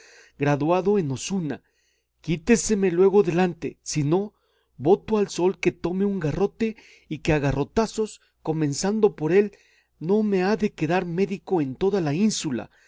graduado en osuna quíteseme luego delante si no voto al sol que tome un garrote y que a garrotazos comenzando por él no me ha de quedar médico en toda la ínsula